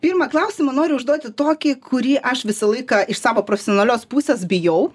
pirmą klausimą noriu užduoti tokį kurį aš visą laiką iš savo profesionalios pusės bijau